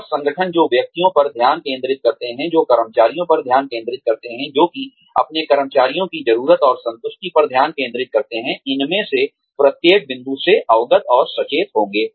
और संगठन जो व्यक्तियों पर ध्यान केंद्रित करते हैं जो कर्मचारियों पर ध्यान केंद्रित करते हैं जो कि अपने कर्मचारियों की ज़रूरतों और संतुष्टि पर ध्यान केंद्रित करते हैं इनमें से प्रत्येक बिंदु से अवगत और सचेत होंगे